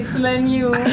and then you